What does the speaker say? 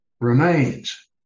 remains